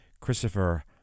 Christopher